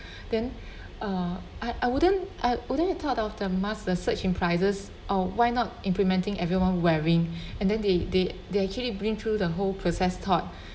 then uh I I wouldn't I wouldn't have thought of the mask the surge in prices or why not implementing everyone wearing and then they they they actually bring through the whole process thought